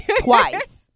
Twice